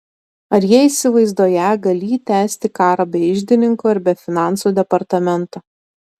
ar jie įsivaizduoją galį tęsti karą be iždininko ir be finansų departamento